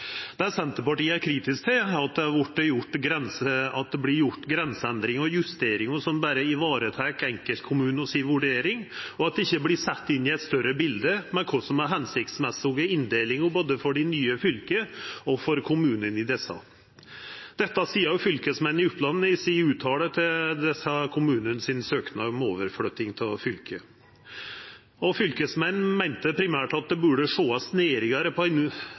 Det Senterpartiet er kritisk til, er at det vert gjort grenseendringar og grensejusteringar som berre varetek enkeltkommunar si vurdering, og at det ikkje vert sett inn i eit større bilde om kva som er ei føremålstenleg inndeling, både for dei nye fylka og for kommunane i fylka. Dette seier òg fylkesmennene i Oppland i sine fråsegner til søknadene frå desse kommunane om overflytting til nye fylke. Fylkesmennene meinte primært at ein burde sjå nærmare på